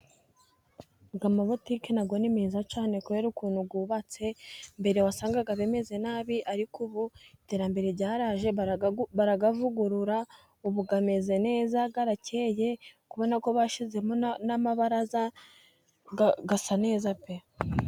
Ayo mabutike na yo ni meza cyane kubera ukuntu yubatse, mbere wasanga bimeze nabi, ariko ubu iterambere ryaraje, barayavugurura ubu ameze neza, arakeye, kubera ko bashyizemo n'amabaraza asa neza pe.